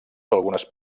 algunes